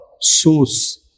source